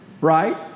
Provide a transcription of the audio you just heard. right